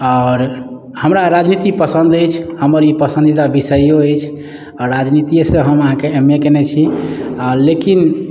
आओर हमरा राजनीती पसन्द अछि हमर ई पसन्दीदा विषयो अछि आओर राजनीतिये सँ हम अहाँके एम ए कयने छी आ लेकिन